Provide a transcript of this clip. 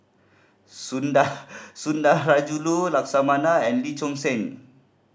Sunda Sundarajulu Lakshmana and Lee Choon Seng